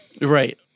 Right